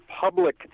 public